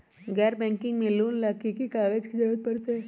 गैर बैंकिंग से लोन ला की की कागज के जरूरत पड़तै?